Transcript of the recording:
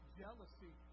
jealousy